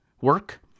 work